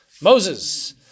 Moses